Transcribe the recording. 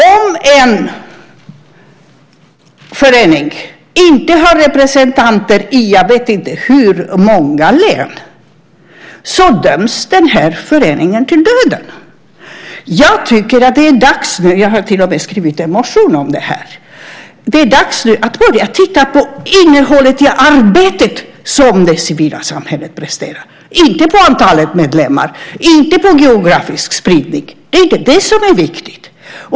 Om en förening inte har representanter i jag vet inte hur många län döms denna förening till döden. Jag tycker att det nu är dags - jag har till och med skrivit en motion om det - att börja titta på innehållet i det arbete som det civila samhället presterar, inte på antalet medlemmar eller på geografisk spridning. Det är inte det som är viktigt.